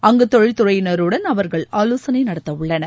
அங்கு தொழில்துறையினருடன் அவர்கள் ஆலோசனை நடத்த உள்ளனர்